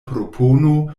propono